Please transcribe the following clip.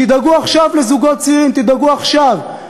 תדאגו עכשיו לזוגות צעירים, תדאגו עכשיו.